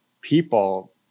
people